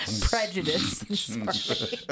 Prejudice